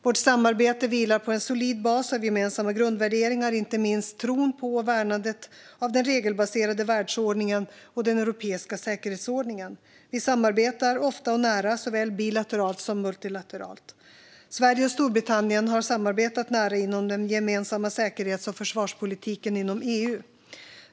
Vårt samarbete vilar på en solid bas av gemensamma grundvärderingar, inte minst tron på och värnandet om den regelbaserade världsordningen och den europeiska säkerhetsordningen. Vi samarbetar ofta och nära, såväl bilateralt som multilateralt. Sverige och Storbritannien har samarbetat nära inom den gemensamma säkerhets och försvarspolitiken inom EU.